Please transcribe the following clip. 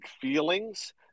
feelings